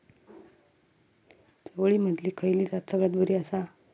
चवळीमधली खयली जात सगळ्यात बरी आसा?